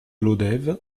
lodève